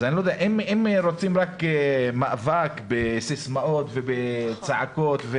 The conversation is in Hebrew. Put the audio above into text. אם רוצים רק מאבק בסיסמאות ובצעקות,